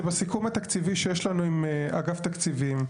זה בסיכום התקציבי שיש לנו עם אגף תקציבים.